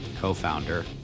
co-founder